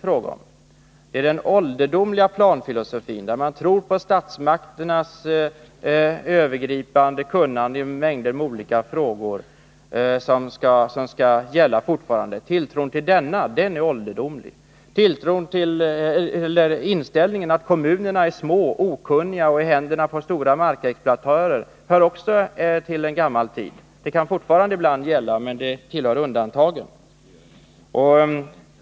Ålderdomlig är i stället den planfilosofi som hävdar att det fortfarande är statsmakternas övergripande kunnande i en mängd olika frågor som skall gälla. Inställningen att kommunerna är små och okunniga och att de är i händerna på de stora markexploatörerna hör också hemma i det förflutna. Det kan fortfarande vara så ibland, men det tillhör undantagen.